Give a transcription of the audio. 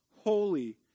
holy